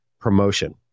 promotion